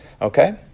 Okay